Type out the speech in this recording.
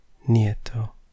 nieto